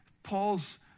Paul's